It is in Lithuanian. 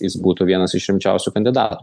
jis būtų vienas iš rimčiausių kandidatų